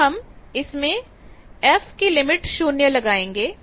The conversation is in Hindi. अब हम इसमें f → 0 लगाएंगे